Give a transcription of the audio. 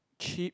cheap